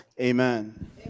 Amen